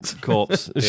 corpse